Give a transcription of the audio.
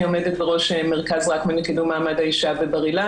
אני עומדת בראש מרכז רקמן לקידום מעמד האישה בבר אילן